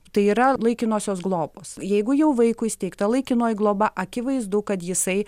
tai yra laikinosios globos jeigu jau vaikui įsteigta laikinoji globa akivaizdu kad jisai